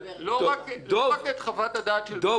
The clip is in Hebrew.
לא רק את חוות הדעת של בצלם.